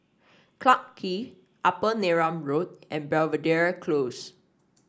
Clarke Quay Upper Neram Road and Belvedere Close